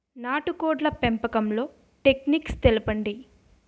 నాటుకోడ్ల పెంపకంలో టెక్నిక్స్ తెలుపండి?